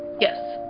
Yes